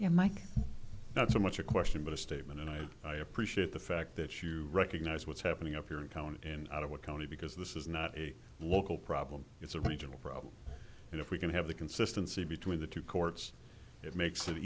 know mike not so much a question but a statement and i appreciate the fact that you recognize what's happening up here in town and out of what county because this is not a local problem it's a regional problem and if we can have the consistency between the two courts it makes it